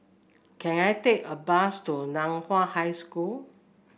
can I take a bus to Nan Hua High School